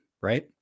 right